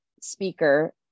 speaker